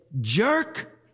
jerk